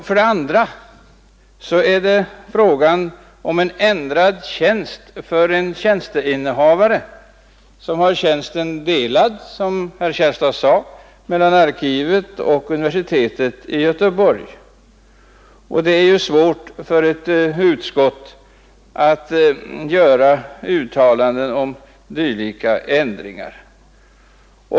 För det andra är det frågan om en ändrad tjänst för en befattningshavare som har tjänsten delad, som herr Källstad sade, mellan arkivet och universitetet i Göteborg, och det är svårt för ett utskott att göra uttalanden om dylika ändringar.